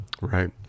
Right